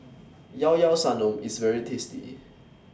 Llao Llao Sanum IS very tasty